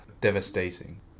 devastating